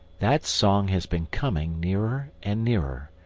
that song has been coming nearer and nearer.